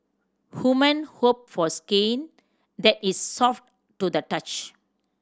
women hope for skin that is soft to the touch